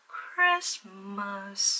Christmas